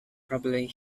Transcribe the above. probably